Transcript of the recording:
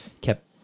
kept